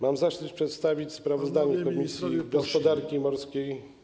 Mam zaszczyt przedstawić sprawozdanie Komisji Gospodarki Morskiej.